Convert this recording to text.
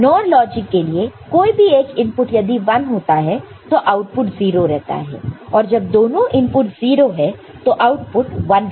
NOR logic के लिए कोई भी एक इनपुट यदि 1 होता है तो आउटपुट 0 रहता है और जब दोनों इनपुट 0 है तो आउटपुट 1 रहता है